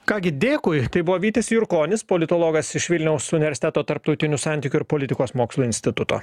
ką gi dėkui tai buvo vytis jurkonis politologas iš vilniaus universiteto tarptautinių santykių ir politikos mokslų instituto